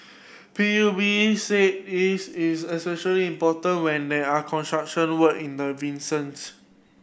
P U B said this is especially important when there are construction work in the